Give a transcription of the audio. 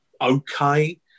okay